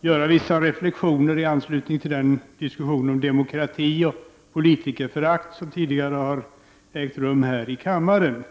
göra vissa reflexioner i anslutning till den diskussion om demokrati och politikerförakt som tidigare ägt rum här i kammaren.